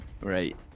Right